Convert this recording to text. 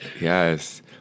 Yes